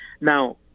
Now